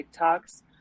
TikToks